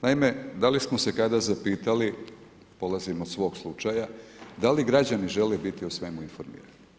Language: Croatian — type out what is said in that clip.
Naime, da li smo se kada zapitali, polazim od svog slučaja, da li građani žele biti o svemu informirani.